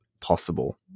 possible